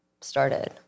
started